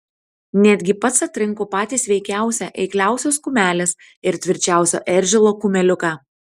netgi pats atrinko patį sveikiausią eikliausios kumelės ir tvirčiausio eržilo kumeliuką